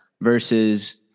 versus